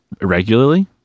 regularly